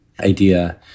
idea